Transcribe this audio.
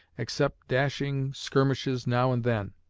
except dashing skirmishes now and then.